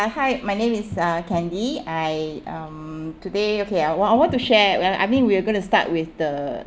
hi my name is uh candy I um today okay I want I want to share well I mean we're going to start with the